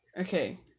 Okay